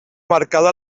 marcada